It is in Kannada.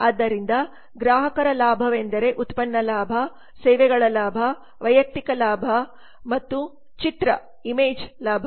ಆದ್ದರಿಂದ ಗ್ರಾಹಕರ ಲಾಭವೆಂದರೆ ಉತ್ಪನ್ನ ಲಾಭ ಸೇವೆಗಳ ಲಾಭ ವೈಯಕ್ತಿಕ ಲಾಭ ಮತ್ತು ಚಿತ್ರ ಲಾಭ